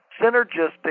synergistic